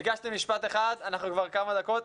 ביקשתי משפט אחד ואנחנו כבר כמה דקות.